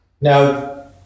Now